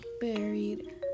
buried